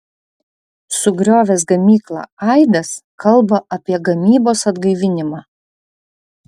sugriovęs gamyklą aidas kalba apie gamybos atgaivinimą